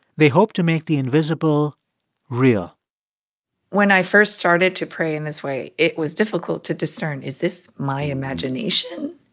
they hope to make the invisible real when i first started to pray in this way, it was difficult to discern, is this my imagination,